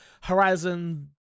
Horizon